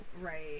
Right